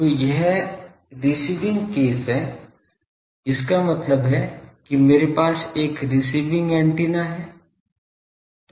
तो यह receiving case है इसका मतलब है कि मेरे पास एक रिसीविंग एंटीना है